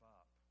up